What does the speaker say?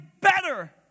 better